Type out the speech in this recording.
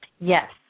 Yes